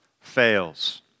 fails